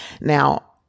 Now